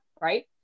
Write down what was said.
right